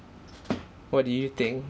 what do you think